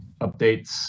updates